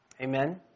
amen